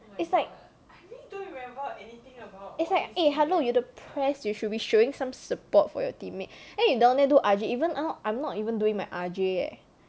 it's like it's like eh hello you're pres you should be showing some support for your teammate then you down there do R_J even now I'm not even doing my R_J eh